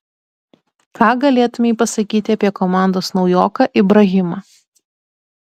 ką galėtumei pasakyti apie komandos naujoką ibrahimą